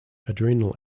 adrenal